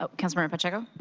ah council member pacheco?